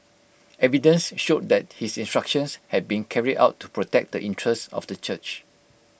evidence showed that his instructions had been carried out to protect the interests of the church